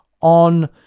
on